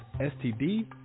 STD